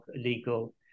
illegal